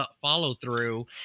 follow-through